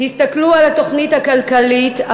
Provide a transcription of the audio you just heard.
תסתכלו על התוכנית הכלכלית,